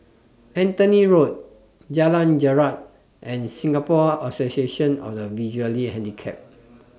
Anthony Road Jalan Jarak and Singapore Association of The Visually Handicapped